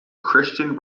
christian